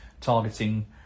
targeting